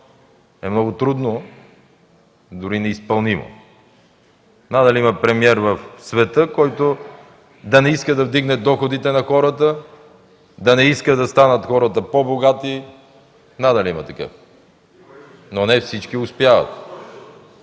е много трудно, дори неизпълнимо. Надали има премиер в света, който да не иска да вдигне доходите на хората, да не иска да станат хората по-богати, надали има такъв, но не всички успяват.